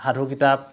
সাধু কিতাপ